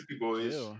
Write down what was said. boys